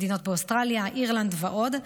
מדינות באוסטרליה, אירלנד ועוד.